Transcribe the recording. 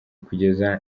kugeza